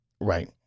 right